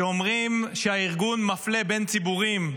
שאומרות שהארגון מפלה בין ציבורים,